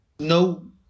No